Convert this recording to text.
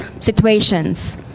situations